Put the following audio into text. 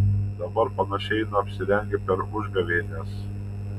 dabar panašiai eina apsirengę per užgavėnes